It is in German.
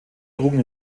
trugen